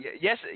Yes